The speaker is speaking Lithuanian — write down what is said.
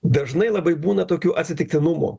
dažnai labai būna tokių atsitiktinumų